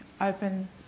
open